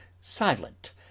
silent